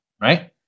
Right